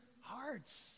hearts